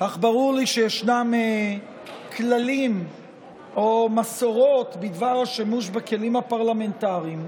אך ברור לי שישנם כללים או מסורות בדבר השימוש בכלים הפרלמנטריים.